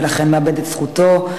ולכן מאבד את זכותו,